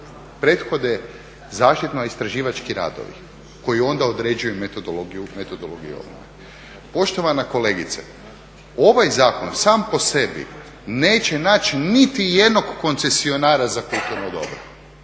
prethode zaštitno istraživački radovi koji onda određuju metodologiju obnove. Poštovana kolegice, ovaj zakon sam po sebi neće naći niti jednog koncesionara za kulturno dobro,